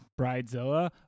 bridezilla